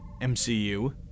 MCU